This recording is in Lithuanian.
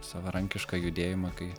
savarankišką judėjimą kai